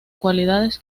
cualidades